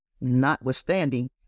notwithstanding